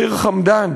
ח'יר חמדאן,